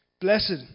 Blessed